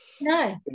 no